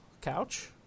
couch